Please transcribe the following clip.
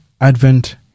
Advent